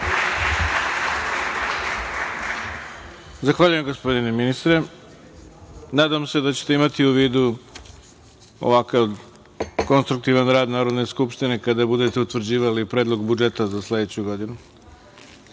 Zahvaljujem gospodine ministre. Nadam se da ćete imati u vidu ovakav kontruktivan rad Narodne skupštine kada budete utvrđivali predlog budžeta za sledeću godinu